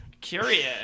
Curious